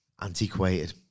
antiquated